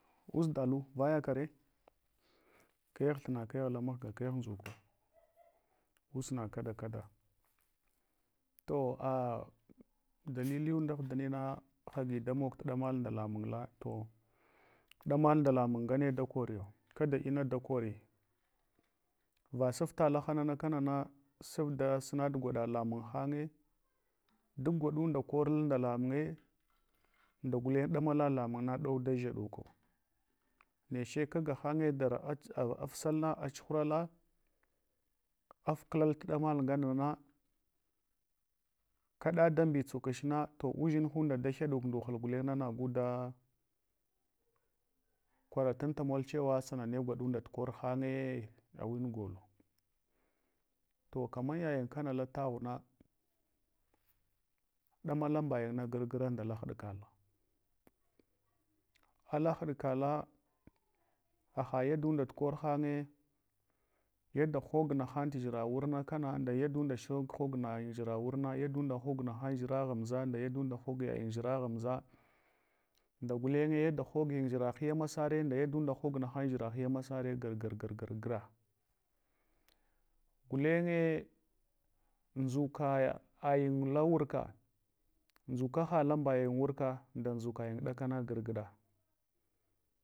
Usdalu vayakare kegh thuna kegh lamgh ga, kegh nzuko usna kada kada. To a dali yunda aghdimina hagi damog tuɗamal da lamungla. To ɗanul nda lamung ngane da koriyo, kada ina dakori, vasafta laha na na kanana, sufda sunal gwaɗa lamung hange, duk gwaɗunda korul nda lamangr nda guleng ɗamala lamung na ɗauda dʒa ɗuko, neche kagahange dara afsafna achu hurala afklal tuɗamal ngana na, kaɗa da mbitsukuchna to udʒinhunda da hye ɗuk nduhud gulen na nagu da kwaratan tumol chewa sanane givaɗunda tukorhanye gwin golo. To kaman yayin kana lataghuna ɗamala mbayina gorgra nda la haɗ kala ala haɗkala hahayachunda tukorhanye yoda hagu naham tu dʒira wurna kana nda yadunda hog nayin dʒira wurna, yalunda hog nahan dʒira ghamʒa nda yada da hog yayin dʒira ghamʒa, nda gulenge yada nogin dʒira hiya masere nda yadun da hog nahan dʒira hiya masare gargar gar graa. Gulenge ndʒuka ayin lauzurka, ndʒikaha lambayin wurka nda ndʒukayin ɗakana gar, gra.